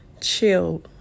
chill